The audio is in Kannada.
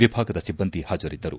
ವಿಭಾಗದ ಸಿಬ್ಬಂದಿ ಹಾಜರಿದ್ದರು